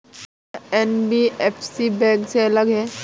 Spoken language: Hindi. क्या एन.बी.एफ.सी बैंक से अलग है?